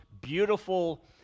beautiful